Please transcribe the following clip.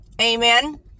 Amen